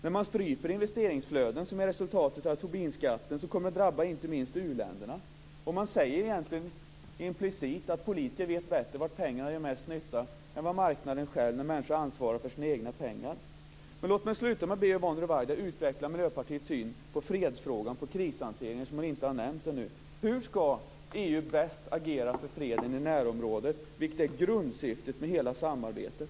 När man stryper investeringsflöden, som är resultatet av Tobinskatten, kommer det att drabba inte minst u-länderna. Implicit säger man egentligen att politiker vet bättre var pengarna gör bäst nytta än vad marknaden själv gör när människor ansvarar för sina egna pengar. Låt mig sluta med att be Yvonne Ruwaida utveckla Miljöpartiets syn på fredsfrågan och på krishanteringen, eftersom hon inte har nämnt det. Hur ska EU bäst agera för freden i närområdet, vilket är grundsyftet med hela samarbetet?